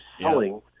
selling